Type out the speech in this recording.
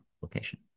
location